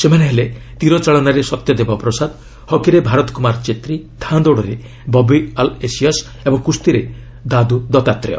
ସେମାନେ ହେଲେ ତୀର ଚାଳନାରେ ସତ୍ୟଦେବ ପ୍ରସାଦ ହକିରେ ଭାରତ କୁମାର ଚେତ୍ରୀ ଧାଁଦୌଡ଼ରେ ବବି ଆଲଏସିଅସ୍ ଏବଂ କ୍ରସ୍ତିରେ ଦାଦ୍ ଦତାତ୍ରେୟ